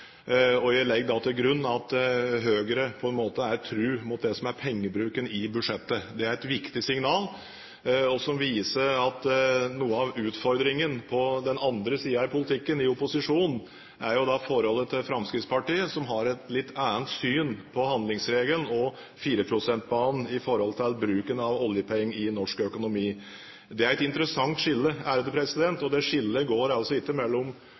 en måte er tro mot det som er pengebruken i budsjettet. Det er et viktig signal som viser at noe av utfordringen på den andre siden i politikken, i opposisjonen, er forholdet til Fremskrittspartiet, som har et litt annet syn på handlingsregelen og 4-prosentbanen når det gjelder bruken av oljepenger i norsk økonomi. Det er et interessant skille, og det skillet går altså ikke